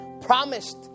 promised